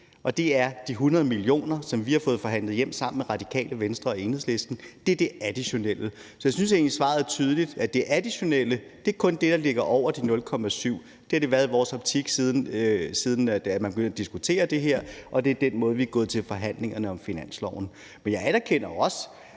og det er de 100 mio. kr., som vi har fået forhandlet hjem sammen med Radikale Venstre og Enhedslisten. Det er det additionelle. Så jeg synes egentlig, at svaret er tydeligt. Det additionelle er kun det, der ligger over de 0,7 pct. Det har det været i vores optik, siden man begyndte at diskutere det her, og det er den måde, vi er gået til forhandlingerne om finansloven på. Men jeg anerkender også,